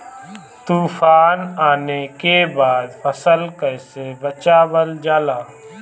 तुफान आने के बाद फसल कैसे बचावल जाला?